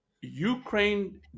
Ukraine